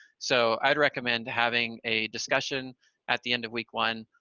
so i'd recommend having a discussion at the end of week one,